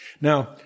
Now